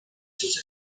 sus